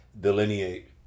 delineate